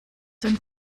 den